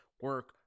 Work